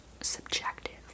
subjective